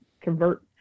convert